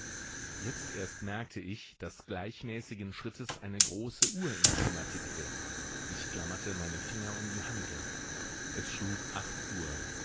jetzt erst merkte ich daß gleichmäßigen schrittes eine große uhr im zimmer tickte ich klammerte meine finger um die hantel es schlug acht uhr